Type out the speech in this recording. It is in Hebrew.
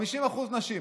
50% נשים.